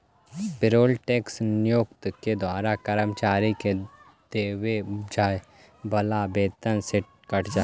payroll tax नियोक्ता के द्वारा कर्मचारि के देवे जाए वाला वेतन से कटऽ हई